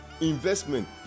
investment